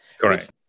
Correct